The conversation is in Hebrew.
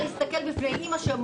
אני לא יכולה להסתכל בעיני אימא שבוכה